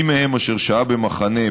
מי מהם אשר שהה במחנה,